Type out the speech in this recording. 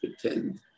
pretend